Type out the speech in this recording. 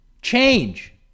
Change